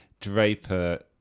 Draper